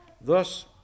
Thus